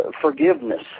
Forgiveness